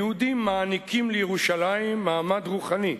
היהודים מעניקים לירושלים מעמד רוחני,